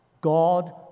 God